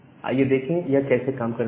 आइए देखें यह काम कैसे करता है